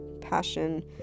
passion